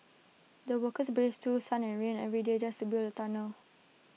the workers braved through sunny and rainy every day just to build the tunnel